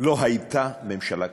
לא הייתה ממשלה כזאת.